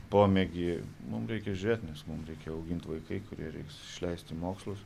pomėgį mum reikia žiūrėt nes mum reikia augint vaikai kurie reiks išleist į mokslus